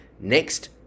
Next